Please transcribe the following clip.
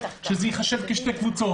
שזה ייחשב כשתי קבוצות.